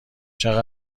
چقدر